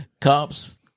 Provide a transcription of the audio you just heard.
Cops